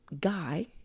guy